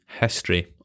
history